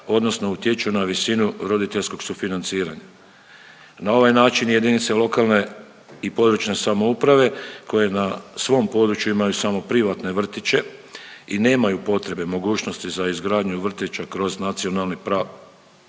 odnosno utječu na visinu roditeljskog sufinanciranja. Na ovaj način jedinice lokalne i područne samouprave koje na svom području imaju samo privatne vrtiće i nemaju potrebe, mogućnosti za izgradnju vrtića kroz nacionalni plan